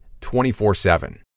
24-7